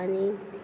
आनी